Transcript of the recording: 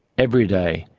every day,